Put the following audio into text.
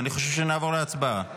אני חושב שנעבור להצבעה.